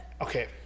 Okay